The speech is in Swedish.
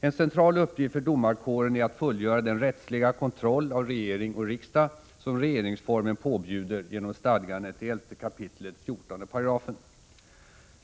En central uppgift för domarkåren är att fullgöra den rättsliga kontroll av regering och riksdag som regeringsformen påbjuder genom stadgandet i 11 173 kap. 14 8.